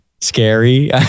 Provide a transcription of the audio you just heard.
scary